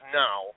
now